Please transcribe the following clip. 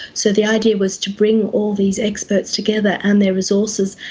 so the idea was to bring all these experts together and their resources.